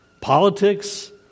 politics